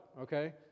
Okay